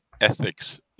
ethics